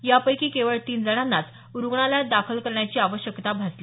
यांपैकी केवळ तीन जणांनाच रुग्णालयात दाखल करण्याची आवश्यकता भासली